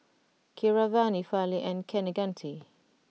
Keeravani Fali and Kaneganti